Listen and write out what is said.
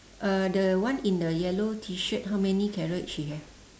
uh the one in the yellow T-shirt how many carrot she have